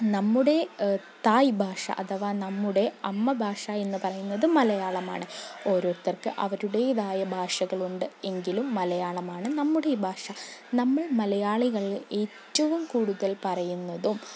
നമ്മുടെ തായ് ഭാഷ അഥവാ നമ്മുടെ അമ്മ ഭാഷ എന്ന് പറയുന്നത് മലയാളമാണ് ഓരോരുത്തർക്ക് അവരുടേതായ ഭാഷകളുണ്ട് എങ്കിലും മലയാളമാണ് നമ്മുടെ ഭാഷ നമ്മൾ മലയാളികളിൽ ഏറ്റവും കൂടുതൽ പറയുന്നതും